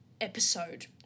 episode